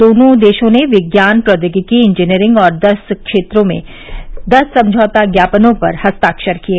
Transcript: दोनों देशों ने विज्ञान प्रौद्योगिकी इंजीनियरिंग और अन्य क्षेत्रों में दस समझौता ज्ञापनों पर हस्ताक्षर किए